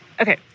Okay